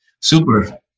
Super